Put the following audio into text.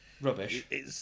Rubbish